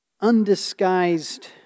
undisguised